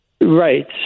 Right